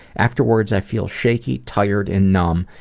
afterwards i feel shaky, tired, and numb,